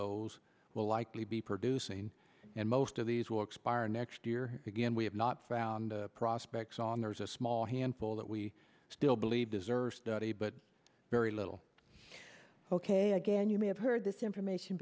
those will likely be producing and most of these will expire next year again we have not found prospects on there is a small handful that we still believe deserve study but very little ok again you may have heard this information